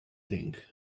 drink